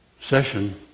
session